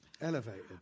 elevated